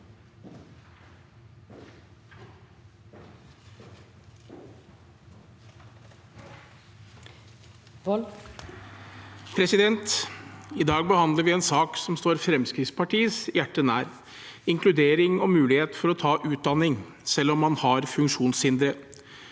I dag behandler vi en sak som står Fremskrittspartiets hjerte nær: inkludering og mulighet til å ta utdanning selv om man har funksjonshindre.